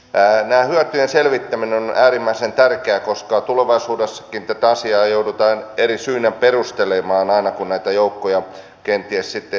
tämä hyötyjen selvittäminen on äärimmäisen tärkeää koska tulevaisuudessakin tätä asiaa joudutaan eri syin perustelemaan aina kun näitä joukkoja kenties sitten asetellaan